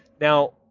Now